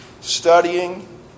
studying